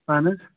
اَہَن حظ